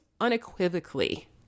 unequivocally